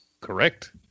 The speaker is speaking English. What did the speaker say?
Correct